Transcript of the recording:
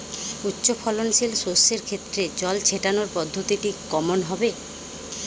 উচ্চফলনশীল শস্যের ক্ষেত্রে জল ছেটানোর পদ্ধতিটি কমন হবে?